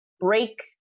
break